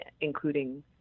including